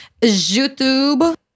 YouTube